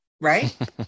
right